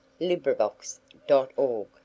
LibriVox.org